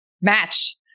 match